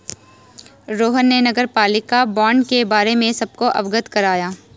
रोहन ने नगरपालिका बॉण्ड के बारे में सबको अवगत कराया